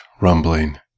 rumbling